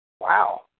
Wow